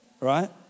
right